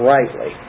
Rightly